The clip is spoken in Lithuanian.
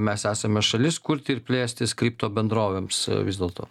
mes esame šalis kurti ir plėstis kripto bendrovėms vis dėlto